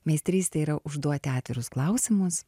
meistrystė yra užduoti atvirus klausimus